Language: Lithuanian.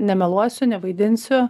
nemeluosiu nevaidinsiu